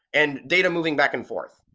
and data moving back and forth.